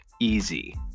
easy